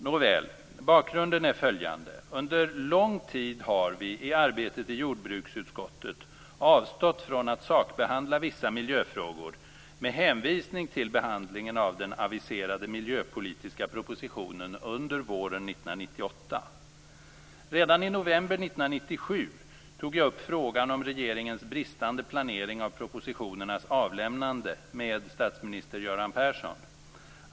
Nåväl - bakgrunden är följande: Under lång tid har vi i arbetet i jordbruksutskottet avstått från att sakbehandla vissa miljöfrågor med hänvisning till behandlingen av den aviserade miljöpolitiska propositionen under våren 1998. Redan i november 1997 tog jag upp frågan om regeringens bristande planering av propositionernas avlämnande med statsminister Göran Persson.